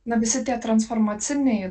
na visi tie transformaciniai